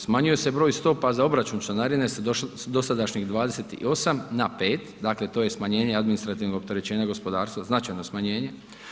Smanjuje se broj stopa za obračun članarine s dosadašnjih 28 na 5, dakle to je smanjenje administrativnog opterećenja gospodarstva, značajno smanjenje.